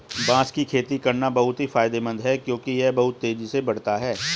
बांस की खेती करना बहुत ही फायदेमंद है क्योंकि यह बहुत तेजी से बढ़ता है